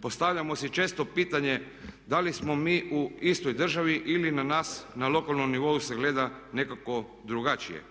Postavljamo si često pitanje da li smo mi u istoj državi ili na nas na lokalnom nivou se gleda nekako drugačije.